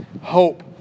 Hope